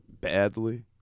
badly